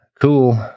cool